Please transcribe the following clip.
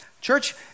Church